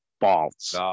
false